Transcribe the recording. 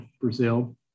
Brazil